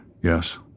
Yes